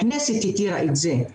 הכנסת התירה את זה,